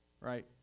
right